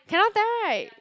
cannot tell [right]